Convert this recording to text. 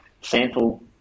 sample